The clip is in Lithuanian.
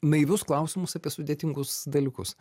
naivius klausimus apie sudėtingus dalykus